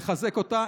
לחזק אותה.